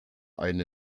eine